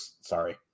sorry